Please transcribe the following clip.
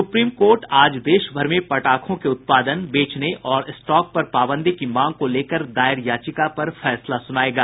supreme Court आज देश भर में पटाखों के उत्पादन बेचने और स्टॉक पर पाबंदी की मांग को लेकर दायर याचिका पर फैसला सुनायेगा